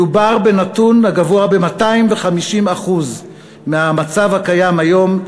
מדובר בנתון הגבוה ב-250% מהמצב הקיים היום.